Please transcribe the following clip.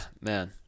Man